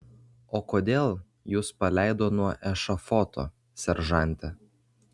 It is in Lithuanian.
o kodėl jus paleido nuo ešafoto seržante